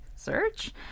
search